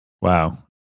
Wow